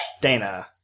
Dana